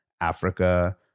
Africa